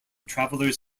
travelers